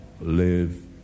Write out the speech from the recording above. live